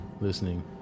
listening